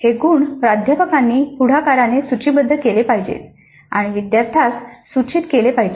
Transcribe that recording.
हे गुण प्राध्यापकांनी पुढाकाराने सूचीबद्ध केले पाहिजेत आणि विद्यार्थ्यांस सूचित केले पाहिजे